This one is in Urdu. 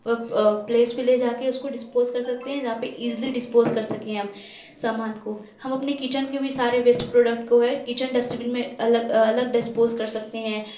پلیس پہ لے جا کے اس کو ڈسپوز کر سکتے ہیں جہاں پہ ایزلی ڈسپوز کر سکیں ہم سامان کو ہم اپنے کچن کے بھی سارے ویسٹ پروڈکٹ کو ہے کچن ڈسٹبن کو الگ الگ ڈسپوز کر سکتے ہیں